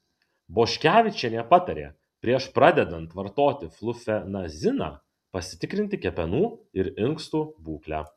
boškevičienė patarė prieš pradedant vartoti flufenaziną pasitikrinti kepenų ir inkstų būklę